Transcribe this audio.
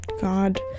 God